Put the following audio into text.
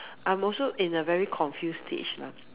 I'm also in a very confused stage lah